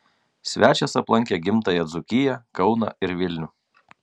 svečias aplankė gimtąją dzūkiją kauną ir vilnių